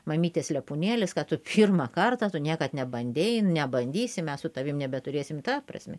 mamytės lepūnėlis ką tu pirmą kartą tu niekad nebandei nebandysi mes su tavim nebeturėsim ta prasme